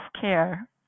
care